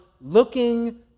looking